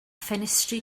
ffenestri